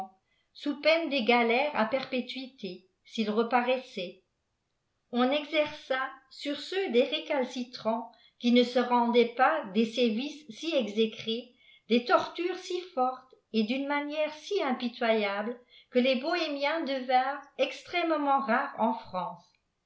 sous peine des galères à perpétuité suk ireparissiaient on exej sur ceux des récalcitrants qui ne se rendaient pas des sévieea si eyécrsv des tortures si fortes et d'une manière si impitoyable que les bohéniiens devinrent extrêmement rares en france